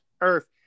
earth